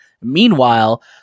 Meanwhile